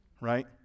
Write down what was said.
right